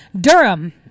Durham